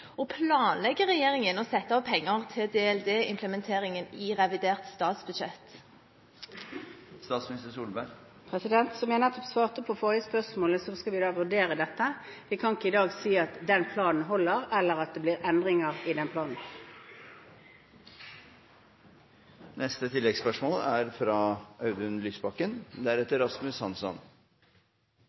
Og planlegger regjeringen å sette av penger til DLD-implementeringen i revidert statsbudsjett? Som jeg nettopp svarte på forrige spørsmål: Vi skal vurdere dette. Vi kan ikke i dag si at den planen holder, eller at det blir endringer i den planen.